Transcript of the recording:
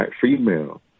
female